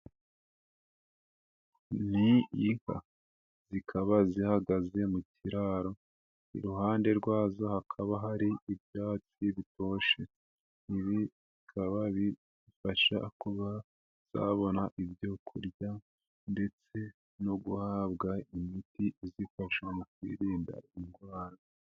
Ni inka, zikaba zihagaze mu kiraro, iruhande rwazo hakaba hari ibyatsi bitoshye, ibi bikaba bifasha kuba zabona ibyo kurya ndetse no guhabwa imiti izifasha mu kwirinda indwara.